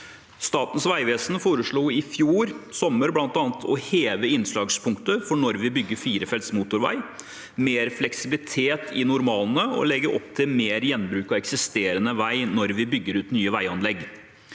Statens vegvesen foreslo i fjor sommer bl.a. å heve innslagspunktet for når vi bygger firefelts motorvei, mer fleksibilitet i normalene og å legge opp til mer gjenbruk av eksisterende vei når vi byg ger ut nye veianlegg.